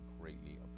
greatly